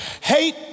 Hate